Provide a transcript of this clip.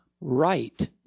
right